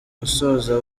gusoza